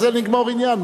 בזה נגמור עניין,